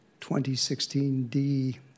2016-D